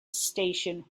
station